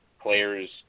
players